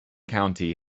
county